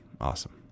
Awesome